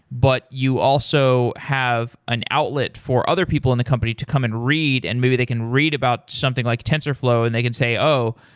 but you also have an outlet for other people in the company to come and read and maybe they can read about something like tensorflow and they can say, oh,